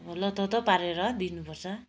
लोतोतो पारेर दिनुपर्छ